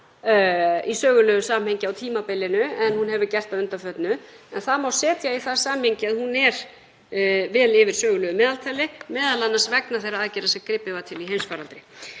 í sögulegu samhengi á tímabilinu en hún hefur gert að undanförnu en það má setja í það samhengi að hún er vel yfir sögulegu meðaltali, m.a. vegna þeirra aðgerða sem gripið var til í heimsfaraldri.